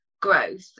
growth